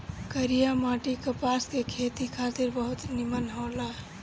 करिया माटी कपास के खेती खातिर बहुते निमन होला